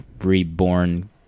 reborn